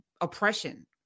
oppression